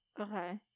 Okay